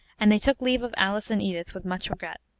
and they took leave of alice and edith with much regret.